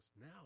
now